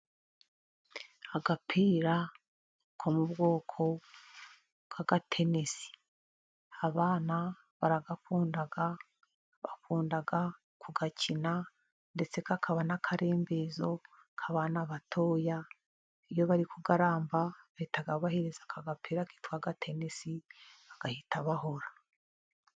Agapira ko mu bwoko bw' agatenesi abana baragakunda, bakunda kugakina, ndetse kakaba n'akarembezo k'abana batoya. Iyo bari kugaramba bahita babahereza aka gapira kitwa agatenesi, bagahita bahora.